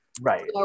Right